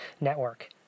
Network